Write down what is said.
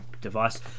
device